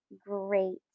great